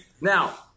now